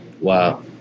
Wow